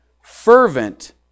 fervent